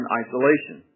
isolation